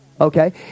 Okay